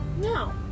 No